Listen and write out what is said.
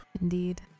Indeed